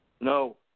No